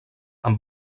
amb